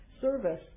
Service